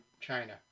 China